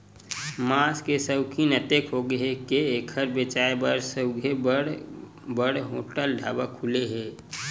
मांस के सउकिन अतेक होगे हे के एखर बेचाए बर सउघे बड़ बड़ होटल, ढाबा खुले हे